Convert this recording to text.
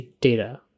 data